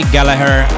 Gallagher